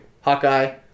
Hawkeye